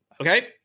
okay